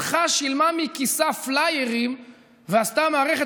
הלכה ושילמה מכיסה פליירים ועשתה מערכת